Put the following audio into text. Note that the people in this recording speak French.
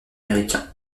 américain